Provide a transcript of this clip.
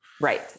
Right